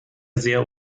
sehr